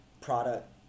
product